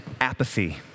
apathy